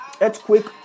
Earthquake